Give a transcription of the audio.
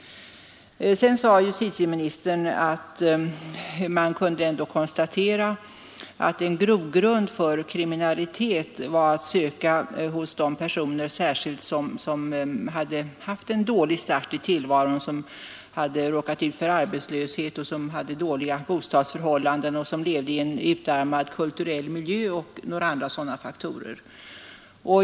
Sedan sade justitieministern att man kunde konstatera att en grogrund för kriminalitet var en dålig start i tillvaron — arbetslöshet, dåliga bostadsförhållanden, en utarmad kulturell miljö och några andra sådana faktorer.